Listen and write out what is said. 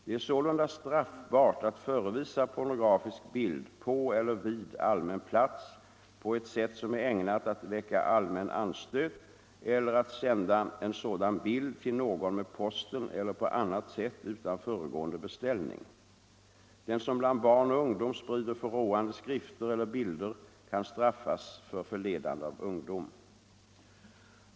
Det är sålunda straffbart att förevisa pornografisk bild på eller vid allmän plats på ett sätt som är ägnat att väcka allmän anstöt eller att sända en sådan bild till någon med posten eller på annat sätt utan föregående beställning. Den som bland barn och ungdom sprider förråande skrifter eller bilder kan straffas för förledande av ungdom.